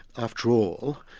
after all,